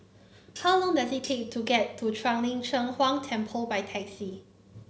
how long does it take to get to Shuang Lin Cheng Huang Temple by taxi